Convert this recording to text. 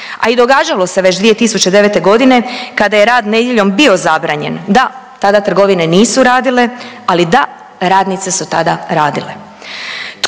A i događalo se već 2009. godine kada je rad nedjeljom bio zabranjen, da tada trgovine nisu radile, ali da radnice su tada radile.